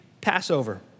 Passover